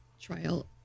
trial